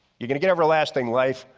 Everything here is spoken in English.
you're gonna get everlasting life.